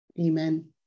Amen